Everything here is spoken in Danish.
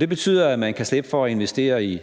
det betyder, at man kan slippe for at investere